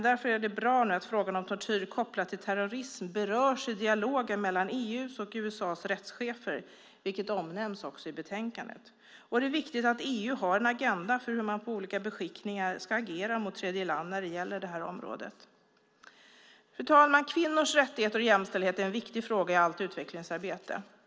Därför är det bra att frågan om tortyr kopplad till terrorism berörs i dialogen mellan EU:s och USA:s rättschefer, vilket omnämns i betänkandet. Det är viktigt att EU har en agenda för hur man på olika beskickningar ska agera mot tredjeland på området. Fru talman! Kvinnors rättigheter och jämställdhet är en viktig fråga i allt utvecklingsarbete.